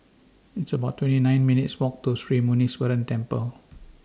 It's about twenty nine minutes' Walk to Sri Muneeswaran Temple